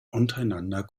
untereinander